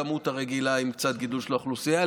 רק הכמות הרגילה לצד גידול האוכלוסייה,